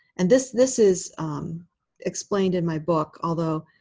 and this this is explained in my book, although